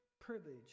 privilege